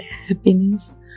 happiness